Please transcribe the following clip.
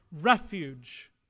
refuge